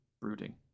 brooding